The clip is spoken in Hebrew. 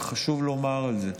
וחשוב לומר את זה,